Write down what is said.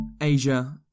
Asia